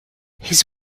his